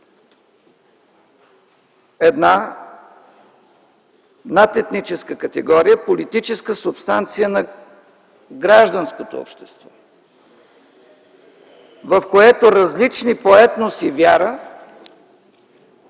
една над етническа категория, политическа субстанция на гражданското общество, в която различни по етнос и вяра